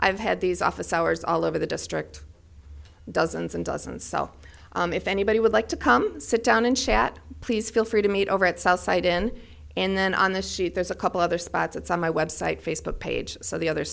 i've had these office hours all over the district dozens and dozens sell if anybody would like to come sit down and chat please feel free to meet over at south side in and then on the shoot there's a couple other spots it's on my website facebook page so the other